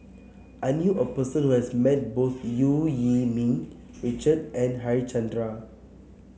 I knew a person who has met both Eu Yee Ming Richard and Harichandra